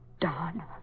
Don